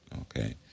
Okay